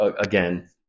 again